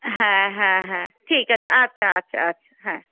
হ্যাঁ হ্যাঁ হ্যাঁ ঠিক আছে আচ্ছা আচ্ছা আচ্ছা হ্যাঁ